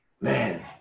Man